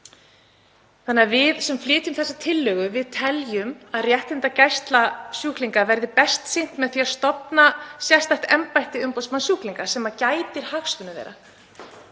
sinna. Við sem flytjum þessa tillögu teljum að réttindagæslu sjúklinga verði best sinnt með því að stofna sérstakt embætti umboðsmanns sjúklinga sem gætir hagsmuna þeirra.